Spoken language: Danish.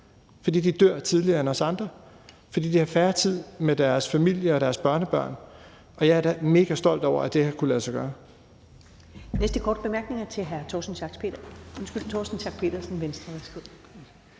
fordi de dør tidligere end os andre, fordi de har mindre tid med deres familie og deres børnebørn. Og jeg er da megastolt over, at det her har kunnet lade sig gøre.